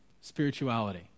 spirituality